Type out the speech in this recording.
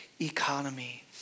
economy